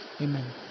Amen